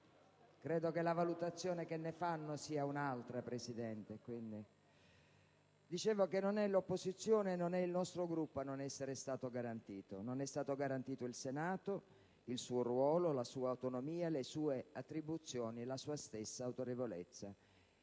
Credo che la valutazione che ne fanno sia un'altra, Presidente. Come dicevo, non è l'opposizione, e non è il nostro Gruppo, a non essere stata garantita: non è stato garantito il Senato, il suo ruolo, la sua autonomia, le sue attribuzioni e la sua stessa autorevolezza.